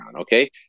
Okay